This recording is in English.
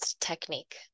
technique